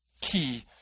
key